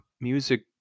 music